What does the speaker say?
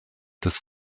des